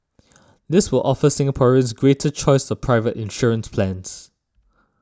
this will offer Singaporeans greater choice of private insurance plans